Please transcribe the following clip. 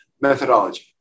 methodology